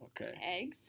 Okay